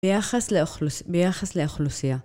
ביחס לאכולוסייה.